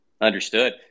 Understood